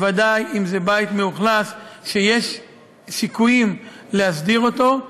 בוודאי אם זה בית מאוכלס שיש סיכויים להסדיר אותו,